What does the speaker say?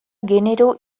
genero